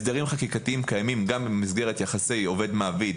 הסדרים חקיקתיים קיימים גם במסגרת יחסי עובד-מעביד